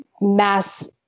mass